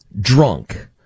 drunk